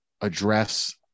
address